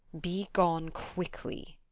be gone quickly.